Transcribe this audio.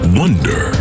wonder